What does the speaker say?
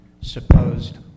supposed